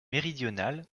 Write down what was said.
méridionale